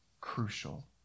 crucial